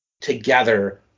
together